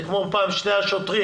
זה כמו פעם שני השוטרים,